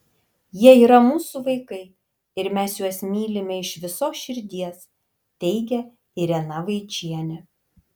jie yra mūsų vaikai ir mes juos mylime iš visos širdies teigia irena vaičienė